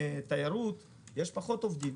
והתיירות יש פחות עובדים.